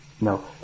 No